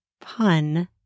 pun